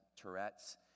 Tourette's